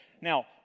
Now